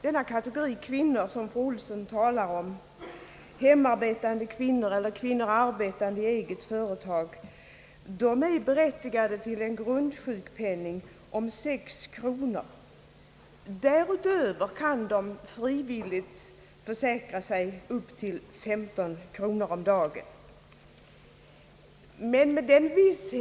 Den kategori kvinnor som fru Olsson talar om, nämligen hemarbetande kvinnor eller kvinnor som arbetar i eget företag, är berättigad till grundsjukpenning om sex kronor per dag. Därutöver kan de genom den frivilliga sjukförsäkringen försäkra sig så att den sammanlagda sjukpenningen per dag uppgår till högst 15 kronor.